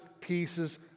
pieces